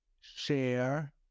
share